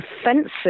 offensive